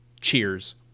cheers